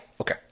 Okay